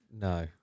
No